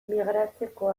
migratzeko